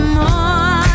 more